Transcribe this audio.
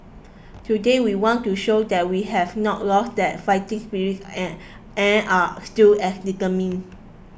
today we want to show that we have not lost that fighting spirit and and are still as determined